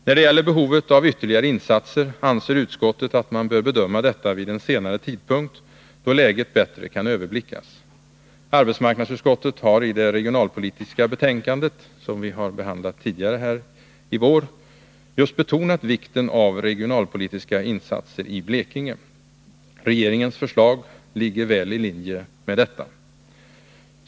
När det gäller behovet av ytterligare insatser anser utskottet att man bör bedöma detta vid en senare tidpunkt då läget bättre kan överblickas. Arbetsmarknadsutskottet har i det regionalpolitiska betänkandet — som vi behandlade tidigare i vår — betonat vikten av regionalpolitiska insatser i Blekinge. Regeringens förslag ligger väl i linje härmed.